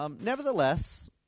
Nevertheless